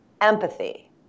empathy